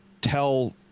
tell